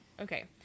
Okay